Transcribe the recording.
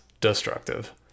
destructive